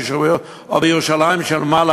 או בירושלים של מעלה,